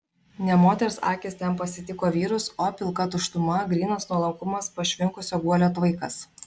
ne moters akys ten pasitiko vyrus o pilka tuštuma grynas nuolankumas pašvinkusio guolio tvaikas